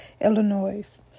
Illinois